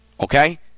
Okay